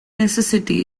necessity